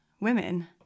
women